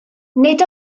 nid